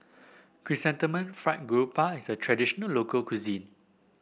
Chrysanthemum Fried Garoupa is a traditional local cuisine